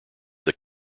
that